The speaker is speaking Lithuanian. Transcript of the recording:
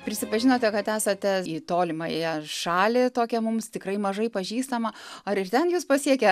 prisipažinote kad esate į tolimąją šalį tokią mums tikrai mažai pažįstamą ar ir ten jus pasiekia